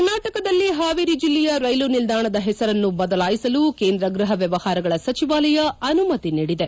ಕರ್ನಾಟಕದಲ್ಲಿ ಹಾವೇರಿ ಜೆಲ್ಲೆಯ ರೈಲು ನಿಲ್ಲಾಣದ ಹೆಸರನ್ನು ಬದಲಾಯಿಸಲು ಕೇಂದ್ರ ಗ್ಲಹ ವ್ಲವಹಾರಗಳ ಸಚಿವಾಲಯ ಅನುಮತಿ ನೀಡಿದೆ